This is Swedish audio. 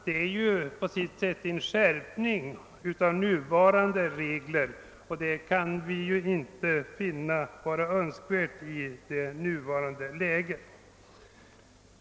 Detta innebär en skärpning av nu gällande regler, och det kan vi inte anse vara riktigt i nuvarande läge.